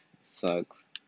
sucks